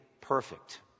perfect